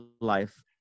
life